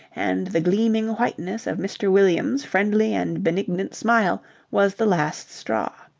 and the gleaming whiteness of mr. williams' friendly and benignant smile was the last straw.